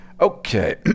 Okay